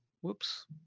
whoops